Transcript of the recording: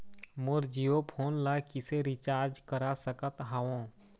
मोर Jio phone ला किसे recharge करा सकत हवं?